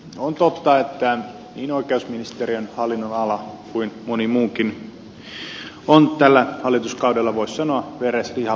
on totta että niin oikeusministeriön hallinnonala kuin moni muukin on tällä hallituskaudella voisi sanoa vereslihalla